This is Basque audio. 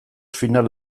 final